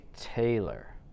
Taylor